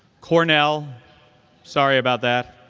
cornell sorry about that